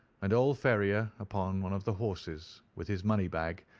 and old ferrier upon one of the horses, with his money-bag,